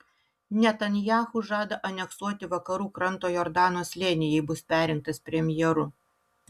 netanyahu žada aneksuoti vakarų kranto jordano slėnį jei bus perrinktas premjeru